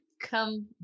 come